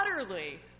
utterly